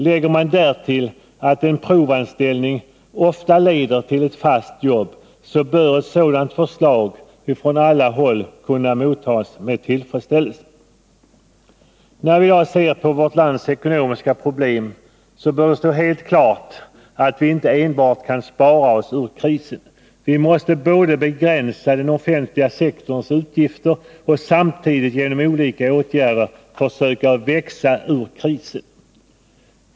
Lägger man därtill att en provanställning ofta leder till ett fast jobb, så bör ett sådant förslag från alla håll kunna mottas med tillfredsställelse. När vi i dag ser på vårt lands ekonomiska problem bör det stå helt klart att vi inte enbart kan spara oss ur krisen. Vi måste både begränsa den offentliga sektorns utgifter och — samtidigt — genom olika åtgärder försöka växa ur krisen.